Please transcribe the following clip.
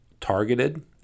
targeted